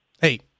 hey